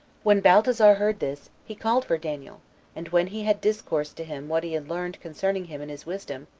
when baltasar heard this, he called for daniel and when he had discoursed to him what he had learned concerning him and his wisdom,